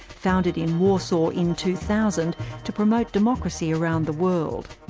founded in warsaw in two thousand to promote democracy around the world.